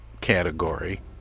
category